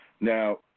Now